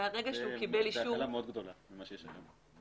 הקלה מאוד גדולה לעומת מה שיש היום.